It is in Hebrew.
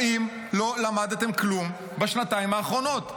האם לא למדתם כלום בשנתיים האחרונות?